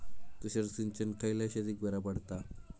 तुषार सिंचन खयल्या शेतीक बरा पडता?